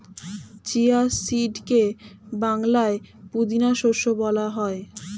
chia সিডকে বাংলায় পুদিনা শস্য বলা হয়